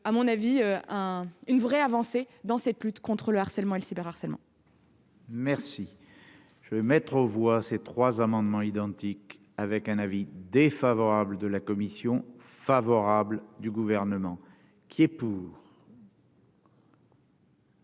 à mon avis, à une vraie avancée dans cette lutte contre le harcèlement et le cyber harcèlement. Merci, je vais mettre aux voix, ces trois amendements identiques avec un avis défavorable de la commission favorable du gouvernement. Qui est pour.